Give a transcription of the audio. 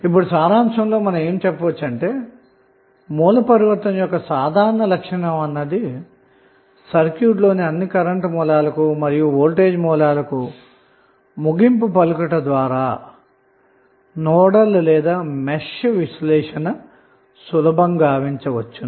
ఇప్పుడు సారాంశంలో మనం ఏమి చెప్పవచ్చు అంటే సోర్స్ ట్రాన్సఫార్మషన్ యొక్క సాధారణ లక్ష్యం అన్నది సర్క్యూట్లోని అన్ని కరెంటు మరియు వోల్టేజ్ సోర్స్ లకు ముగింపు పలుకుట ద్వారా నోడల్ లేదా మెష్ విశ్లేషణ సులభంగా గావించవచ్చు